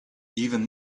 even